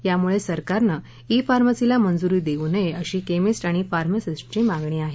त्यामुळे सरकारने ई फार्मसीला मंजूरी देऊ नये अशी केमिस्ट आणि फार्मासिस्टची मागणी आहे